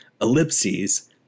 ellipses